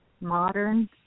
modern